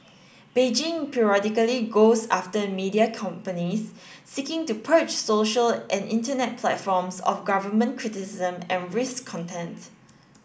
Beijing periodically goes after media companies seeking to purge social and internet platforms of government criticism and content